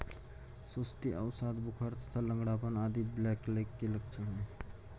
सुस्ती, अवसाद, बुखार तथा लंगड़ापन आदि ब्लैकलेग के लक्षण हैं